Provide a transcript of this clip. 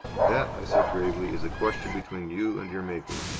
that, i said, gravely, is a question between you and your maker.